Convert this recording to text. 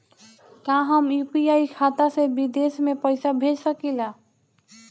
का हम यू.पी.आई खाता से विदेश म पईसा भेज सकिला?